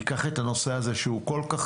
ייקח את הנושא הזה שהוא כל כך